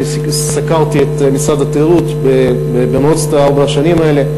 סקרתי את משרד התיירות במרוצת ארבע השנים האלה.